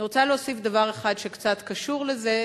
אני רוצה להוסיף דבר אחד שקצת קשור לזה,